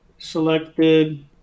Selected